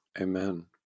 Amen